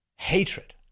Hatred